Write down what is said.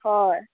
हय